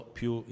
più